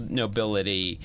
nobility